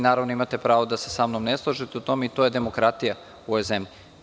Naravno, imate pravo da se sa mnom ne složite u tome i to je demokratija u ovoj zemlji.